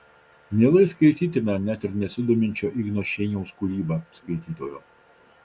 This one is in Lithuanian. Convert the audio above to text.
mielai skaitytina net ir nesidominčio igno šeiniaus kūryba skaitytojo